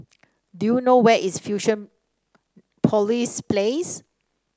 do you know where is Fusionopolis Place